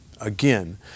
Again